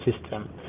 system